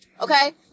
Okay